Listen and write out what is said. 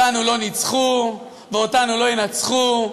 אותנו לא ניצחו ואותנו לא ינצחו,